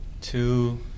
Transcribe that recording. Two